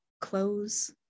clothes